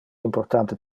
importante